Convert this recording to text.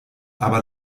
aber